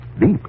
Deep